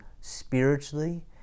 spiritually